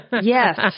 Yes